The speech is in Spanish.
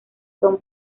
son